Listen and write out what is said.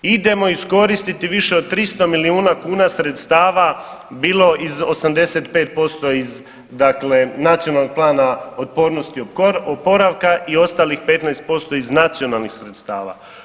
Idemo iskoristiti više od 300 milijuna kuna sredstava bilo iz 85% iz dakle Nacionalnog plana otpornosti i oporavka i ostalih 15% iz nacionalnih sredstava.